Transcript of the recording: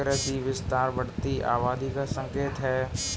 कृषि विस्तार बढ़ती आबादी का संकेत हैं